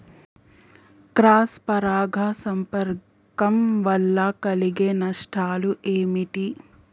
Cross పరాగ సంపర్కం వల్ల కలిగే నష్టాలు ఏమిటి?